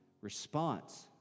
response